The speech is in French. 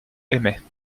aimait